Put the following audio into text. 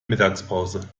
mittagspause